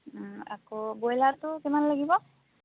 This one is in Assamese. আকৌ ব্ৰইলাৰটো কিমান লাগিব